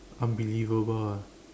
unbelievable ah